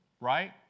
Right